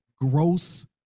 gross